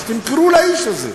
אז תמכרו לאיש הזה.